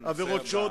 עבירות שוד,